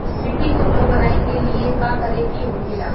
मिट्टी के उपजाऊ बनाने के लिए का करके होखेला?